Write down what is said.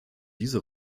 diese